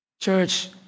church